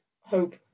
hope